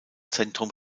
zentrum